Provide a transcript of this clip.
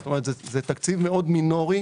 זאת אומרת זה תקציב מאוד מינורי.